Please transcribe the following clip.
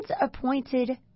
appointed